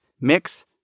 mix